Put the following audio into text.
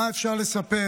מה אפשר לספר